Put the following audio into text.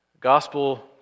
Gospel